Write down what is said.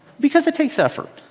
because it takes effort.